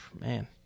Man